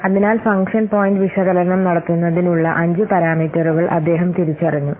അതിനാൽ function point വിശകലനം നടത്തുന്നതിനുള്ള അഞ്ച് പാരാമീറ്ററുകൾ അദ്ദേഹം തിരിച്ചറിഞ്ഞു